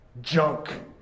junk